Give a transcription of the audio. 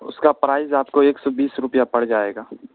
اس کا پرائز آپ کو ایک سو بیس روپیہ پڑ جائے گا